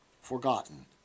forgotten